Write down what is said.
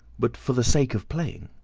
but for the sake of playing.